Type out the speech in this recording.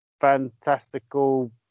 fantastical